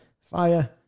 fire